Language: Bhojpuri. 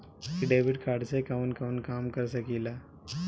इ डेबिट कार्ड से कवन कवन काम कर सकिला?